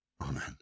Amen